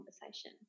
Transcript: conversation